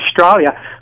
Australia